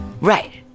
Right